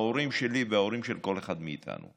ההורים שלי וההורים של כל אחד מאיתנו,